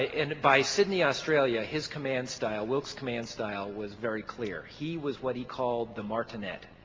and by sydney australia his command style, wilkes' command style was very clear. he was what he called the martinet